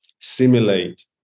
simulate